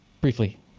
briefly